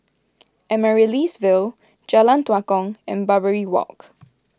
Amaryllis Ville Jalan Tua Kong and Barbary Walk